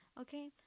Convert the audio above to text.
Okay